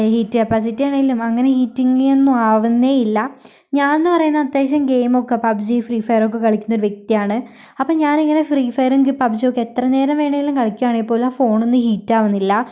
heat capacity ആണെങ്കിലും അങ്ങനെ ഹീറ്റിങ്ങൊന്നും ആവുന്നേ ഇല്ല ഞാൻ എന്ന് പറയുന്നത് അത്യാവശ്യം ഗെയിമൊക്കെ പബ്ജി ഫ്രീഫയറൊക്കെ കളിക്കുന്ന വ്യക്തിയാണ് അപ്പോൾ ഞാനിങ്ങനെ ഫ്രീഫയറും പബ്ജിയൊക്കെ എത്ര നേരം വേണേമെങ്കിലും കളിക്കുകയാണെങ്കിൽ പോലും ആ ഫോണൊന്നും ഹീറ്റാവുന്നില്ല